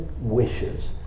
wishes